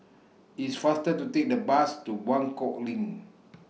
It's faster to Take The Bus to Buangkok LINK